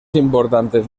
importantes